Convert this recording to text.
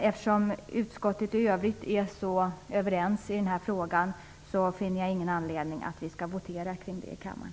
Eftersom utskottet i övrigt är så överens i denna fråga finner jag ingen anledning att vi skall votera kring den i kammaren.